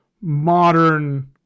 modern